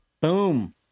Boom